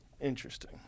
Interesting